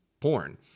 porn